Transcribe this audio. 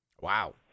Wow